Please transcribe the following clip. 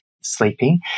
sleeping